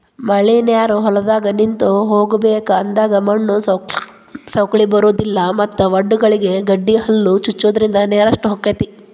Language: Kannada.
ಮಳಿನೇರು ಹೊಲದಾಗ ನಿಂತ ಹೋಗಬೇಕ ಅಂದಾಗ ಮಣ್ಣು ಸೌಕ್ಳಿ ಬರುದಿಲ್ಲಾ ಮತ್ತ ವಡ್ಡಗಳಿಗೆ ಗಡ್ಡಿಹಲ್ಲು ಹಚ್ಚುದ್ರಿಂದ ನೇರಷ್ಟ ಹೊಕೈತಿ